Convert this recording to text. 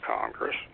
Congress